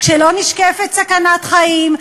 כשלא נשקפת סכנת חיים,